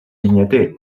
vinyater